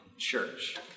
Church